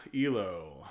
Elo